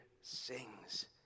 sings